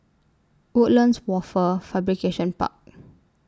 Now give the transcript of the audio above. Woodlands Wafer Fabrication Park